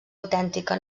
autèntica